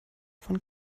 von